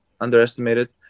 underestimated